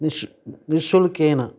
निश् निःशुल्केन